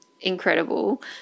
incredible